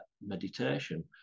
meditation